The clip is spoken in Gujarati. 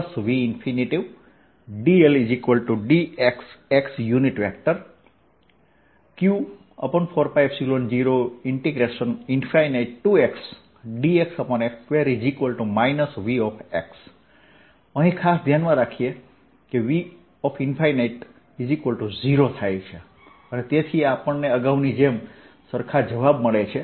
dl VV dl dxx q4π0xdxx2 V અહીં ખાસ ધ્યાનમાં લઈએ કે V 0 થાય છે તેથી આપણને અગાઉની જેમ સરખા જવાબ મળે છે